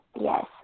Yes